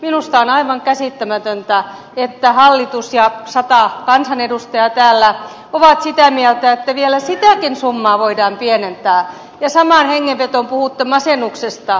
minusta on aivan käsittämätöntä että hallitus ja sata kansanedustajaa täällä ovat sitä mieltä että vielä sitäkin summaa voidaan pienentää ja samaan hengenvetoon puhutte masennuksesta